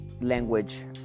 language